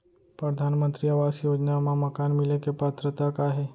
परधानमंतरी आवास योजना मा मकान मिले के पात्रता का हे?